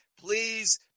Please